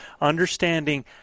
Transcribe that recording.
understanding